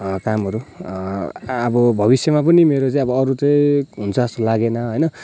कामहरू अब भविष्यमा पनि अब मेरो चाहिँ अब अरू चाहिँ हुन्छ जस्तो लागेन होइन